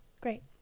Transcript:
Great